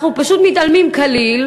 אנחנו פשוט מתעלמים כליל,